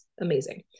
amazing